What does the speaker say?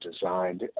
designed